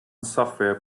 software